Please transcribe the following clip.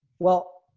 well,